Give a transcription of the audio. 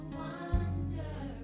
wonder